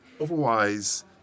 Otherwise